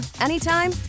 anytime